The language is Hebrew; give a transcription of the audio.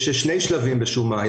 יש שני שלבים בשומה.